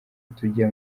tujya